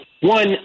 One